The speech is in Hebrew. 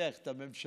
שמכריח את הממשלה